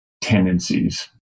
tendencies